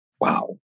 Wow